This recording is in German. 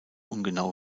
ungenau